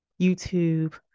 YouTube